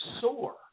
sore